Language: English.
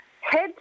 head